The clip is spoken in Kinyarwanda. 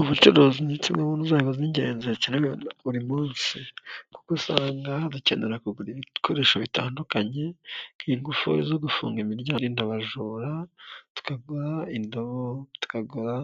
Ubucuruzi ndetse no mu nzego z'ingenzi zikenewe buri munsi kuko usanga bakenera kugura ibikoresho bitandukanye, ingufuri zo gufunga imiryango birinda abajura, tukagura indabo, tukagura